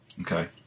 Okay